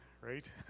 right